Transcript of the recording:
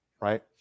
Right